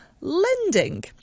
lending